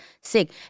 sick